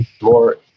more